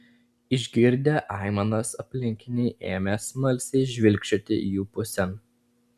išgirdę aimanas aplinkiniai ėmė smalsiai žvilgčioti jų pusėn